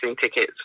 tickets